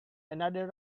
another